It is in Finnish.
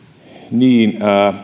niin